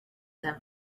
them